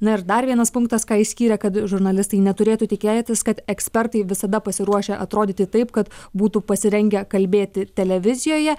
na ir dar vienas punktas ką išskyrė kad žurnalistai neturėtų tikėtis kad ekspertai visada pasiruošę atrodyti taip kad būtų pasirengę kalbėti televizijoje